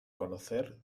conocer